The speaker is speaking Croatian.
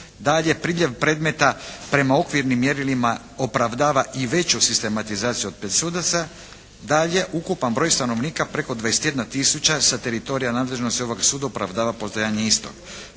priljev predmeta prema okvirnim mjerilima opravdava i veću sistematizaciju od 5 sudaca. Dalje, ukupan broj stanovnika preko 21 tisuća sa teritorija nadležnosti ovoga suda opravdava postojanje istog.